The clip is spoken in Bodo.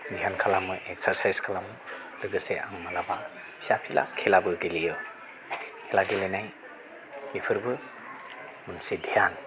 ध्यान खालामो एक्सारसाइज खालामो लोगोसे आं मालाबा फिसा फिला खेलाबो गेलेयो खेला गेलेनाय बेफोरबो मोनसे ध्यान